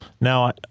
now